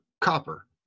copper